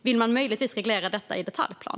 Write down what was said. Vill de möjligen reglera detta i detaljplan?